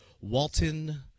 Walton